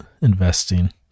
investing